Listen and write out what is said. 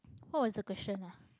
what was the question ah